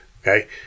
okay